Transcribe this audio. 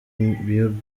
ibinyobwa